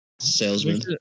Salesman